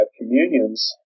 communions